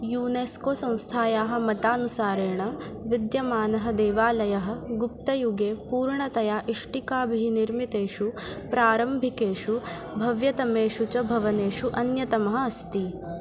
UNESCO संस्थायाः मतानुसारेण विद्यमानः देवालयः गुप्तयुगे पूर्णतया इष्टिकाभिः निर्मितेषु प्रारम्भिकेषु भव्यतमेषु च भवनेषु अन्यतमः अस्ति